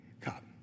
cop